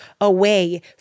away